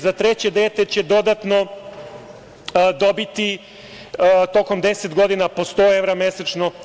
Za treće dete će dodatno dobiti tokom 10 godina po 100 evra mesečno.